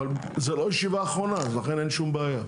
אבל זה לא ישיבה אחרונה, אז לכן אין שום בעיה.